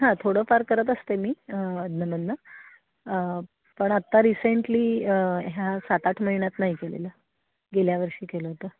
हां थोडंफार करत असते मी अधूनमधून पण आत्ता रिसेंटली ह्या सात आठ महिन्यात नाही केलेलं गेल्या वर्षी केलं होतं